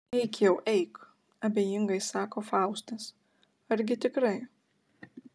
eik jau eik abejingai sako faustas argi tikrai